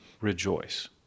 rejoice